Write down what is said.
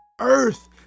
earth